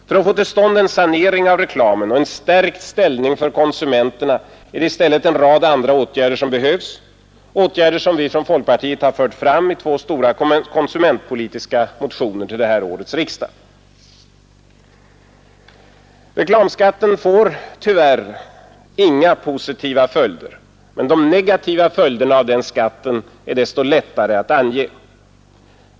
För att få till stånd en sanering av reklamen och en stärkt ställning för konsumenterna är det i stället en rad andra åtgärder som behövs, åtgärder som vi från folkpartiet har fört fram i två stora konsumentpolitiska motioner till det här årets riksdag. Reklamskatten får tyvärr inga positiva följder. Men de negativa följderna av den skatten är desto lättare att ange.